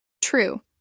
True